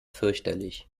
fürchterlich